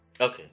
Okay